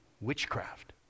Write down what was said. witchcraft